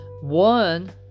one